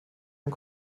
und